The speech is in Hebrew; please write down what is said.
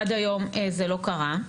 עד היום זה לא קרה.